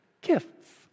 gifts